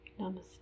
Namaste